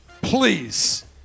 Please